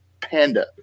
Panda